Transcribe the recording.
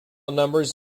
numbers